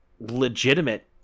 legitimate